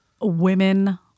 Women